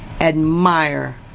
Admire